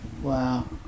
Wow